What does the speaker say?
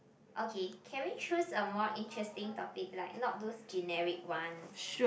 okay can we choose a more interesting topic like not those generic ones